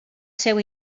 seu